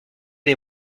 les